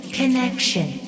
connection